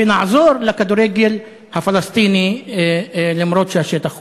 ונעזור לכדורגל הפלסטיני אף שהשטח כבוש.